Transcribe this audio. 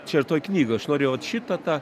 čia ir toj knygoj aš noriu vat šitą tą